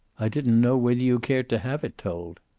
i didn't know whether you cared to have it told.